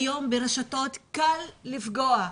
היום ברשתות קל לפגוע,